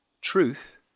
truth